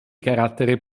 carattere